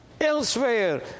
Elsewhere